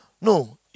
No